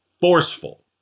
forceful